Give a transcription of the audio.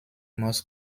most